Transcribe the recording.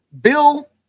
Bill